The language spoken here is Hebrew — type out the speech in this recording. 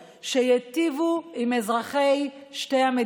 אני לא רוצה שהוא יתהפך בקברו, זאב ז'בוטינסקי.